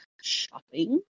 shopping